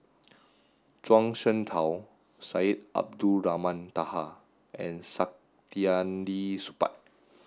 Zhuang Shengtao Syed Abdulrahman Taha and Saktiandi Supaat